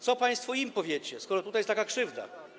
Co państwo im powiecie, skoro tutaj jest taka krzywda?